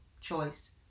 choice